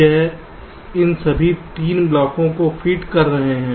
यह इन सभी 3 ब्लॉकों को फीड कर रहा है